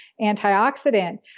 antioxidant